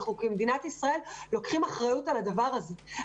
כמדינת ישראל אנחנו לוקחים אחריות על הדבר הזה.